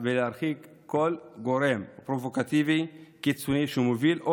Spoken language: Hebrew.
ולהרחיק כל גורם פרובוקטיבי קיצוני שמוביל או